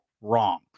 wrong